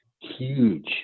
huge